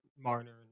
Marner